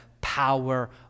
power